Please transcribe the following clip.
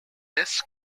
this